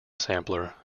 sampler